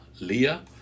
Leah